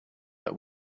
that